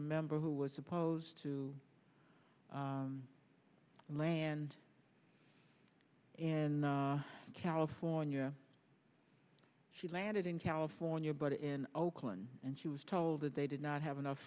a member who was supposed to land in california she landed in california but in oakland and she was told that they did not have enough